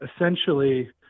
essentially